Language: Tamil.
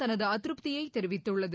தனது அதிருப்தியை தெரிவித்துள்ளது